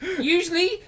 Usually